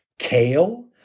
Kale